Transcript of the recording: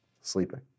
sleeping